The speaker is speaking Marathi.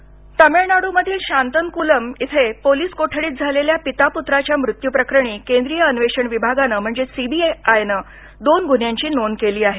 तमिळनाड सीबीआय तमिळनाडूमधील शांतनकुलम येथे पोलीस कोठडीत झालेल्या पिता पुत्राच्या मृत्यू प्रकरणी केंद्रीय अन्वेषण विभागानं म्हणजेच सीबीआयनं दोन गुन्ह्यांची नोंद केली आहे